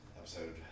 episode